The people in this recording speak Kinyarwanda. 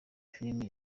film